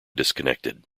disconnected